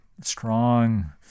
strong